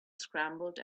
scrambled